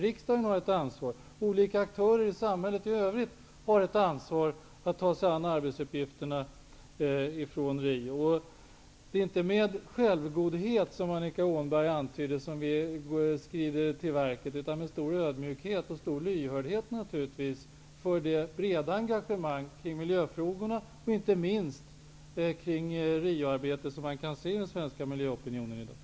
Riksdagen har ett ansvar. Olika aktörer i samhället i övrigt har ett ansvar att ta sig an arbetsuppgifterna från Rio. Det är inte med självgodhet, vilket Annika Åhnberg antydde, som vi skrider till verket, utan med stor ödmjukhet och naturligtvis med stor lyhördhet för det breda engagemang kring miljöfrågorna och inte minst kring Rioarbetet som man kan se i den svenska miljöopinionen i dag.